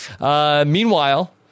Meanwhile